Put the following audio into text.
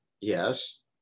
yes